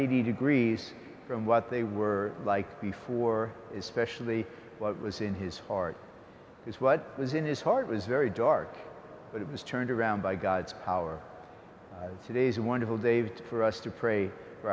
eighty degrees from what they were like before especially what was in his heart is what was in his heart was very dark but it was turned around by god's power today's wonderful dave for us to pray for